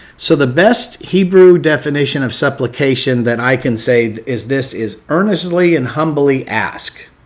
so the best hebrew definition of supplication that i can say is this is earnestly and humbly ask.